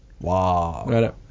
Wow